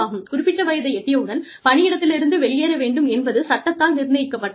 குறிப்பிட்ட வயதை எட்டியவுடன் பணியிடத்திலிருந்து வெளியேற வேண்டும் என்பது சட்டத்தால் நிர்ணயிக்கப்பட்ட ஒன்று